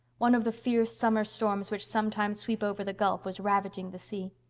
one of the fierce summer storms which sometimes sweep over the gulf was ravaging the sea.